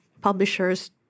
publishers